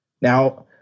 Now